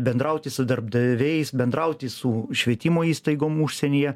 bendrauti su darbdaviais bendrauti su švietimo įstaigom užsienyje